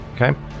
Okay